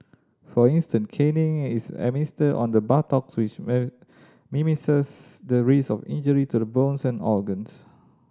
for instance caning is administered on the buttocks which minimises the risk of injury to the bones and organs